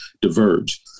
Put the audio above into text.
diverge